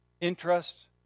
interest